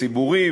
ציבורי,